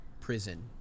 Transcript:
prison